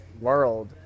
world